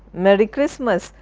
merry christmas,